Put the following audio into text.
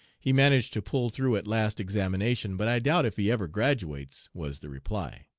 he managed to pull through at last examination, but i doubt if he ever graduates was the reply.